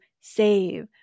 save